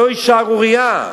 זוהי שערורייה.